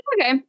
Okay